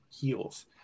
heals